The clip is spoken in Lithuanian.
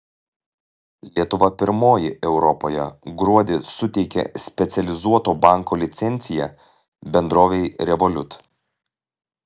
lietuva pirmoji europoje gruodį suteikė specializuoto banko licenciją bendrovei revolut